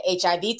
HIV